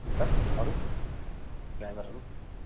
अन्त अरू ड्राइभरहरू